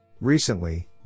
Recently